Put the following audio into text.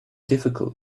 difficult